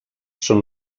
són